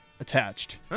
attached